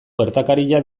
gertakaria